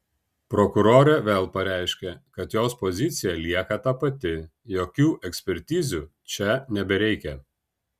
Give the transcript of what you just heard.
prokurorė vėl pareiškė kad jos pozicija lieka ta pati jokių ekspertizių čia nebereikia